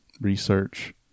research